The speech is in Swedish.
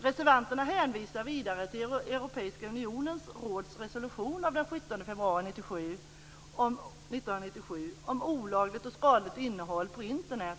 Reservanterna hänvisar vidare till Europeiska unionens råds resolution av den 17 februari 1997 om olagligt och skadligt innehåll på Internet.